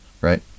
right